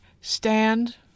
stand